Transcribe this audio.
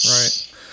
Right